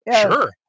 Sure